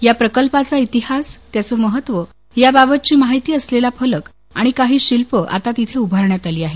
या प्रकल्पाचा इतिहास त्याचं महत्त्व याबाबतची माहिती असलेला फलक आणि काही शिल्प तिथे उभारण्यात आली आहेत